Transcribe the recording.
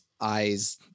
eyes